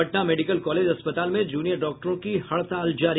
Patna medical college अस्पताल में junior डॉक्टरों की हड़ताल जारी